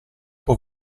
può